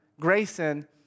Grayson